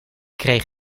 krijg